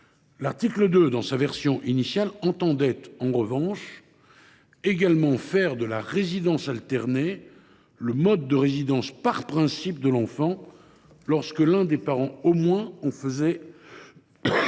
L’article 2, dans sa version initiale, entendait en revanche faire de la résidence alternée le mode de résidence par principe de l’enfant, lorsque l’un des parents au moins en faisait